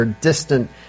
distant